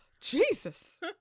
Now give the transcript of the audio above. Jesus